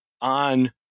on